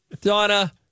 Donna